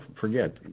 forget